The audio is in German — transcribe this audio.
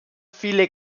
viele